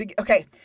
Okay